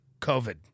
COVID